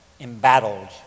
embattled